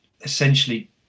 essentially